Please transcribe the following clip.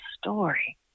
story